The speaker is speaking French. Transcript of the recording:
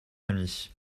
ami